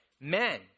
men